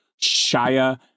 Shia